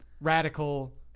radical